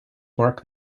mark